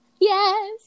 Yes